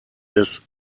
des